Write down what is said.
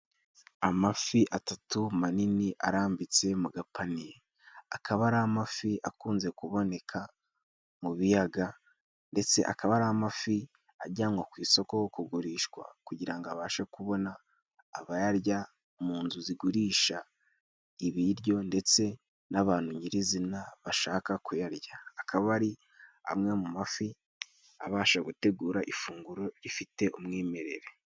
Amafi atatu manini arambitse mu gapaniye, akaba ari amafi akunze kuboneka mu biyaga ,ndetse akaba ari amafi ajyanwa ku isoko kugurishwa ,kugira abashe kubona abayarya mu nzu zigurisha ibiryo ,ndetse n'abantu nyirizina bashaka kuyarya ,akaba ari amwe mu mafi abasha gutegura ifunguro rifite umwimerere.